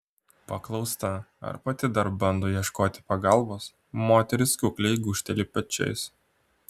paklausta ar pati dar bando ieškoti pagalbos moteris kukliai gūžteli pečiais